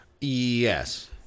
Yes